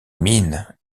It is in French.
mine